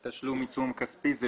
תשלום עיצום כספי,